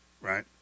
Right